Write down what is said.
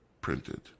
printed